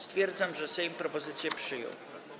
Stwierdzam, że Sejm propozycję przyjął.